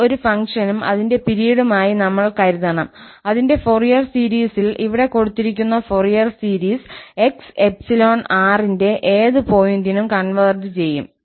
ഇത് ഒരു ഫംഗ്ഷനും അതിന്റെ പിരീഡും ആയി നമ്മൾ കരുതണം അതിന്റെ ഫൊറിയർ സീരീസിൽ ഇവിടെ കൊടുത്തിരിക്കുന്ന ഫോറിയർ സീരീസ് 𝑥 ∈ ℝ ന്റെ ഏത് പോയിന്റിനും കൺവെർജ് ചെയ്യും